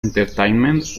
entertainment